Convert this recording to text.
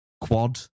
quad